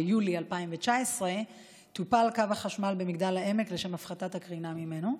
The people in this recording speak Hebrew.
ביולי 2019 טופל קו החשמל במגדל העמק לשם הפחתת הקרינה ממנו.